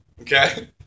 Okay